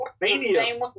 Mania